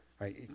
right